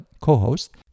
co-host